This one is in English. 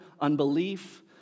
unbelief